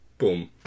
Boom